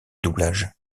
doublage